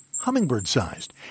hummingbird-sized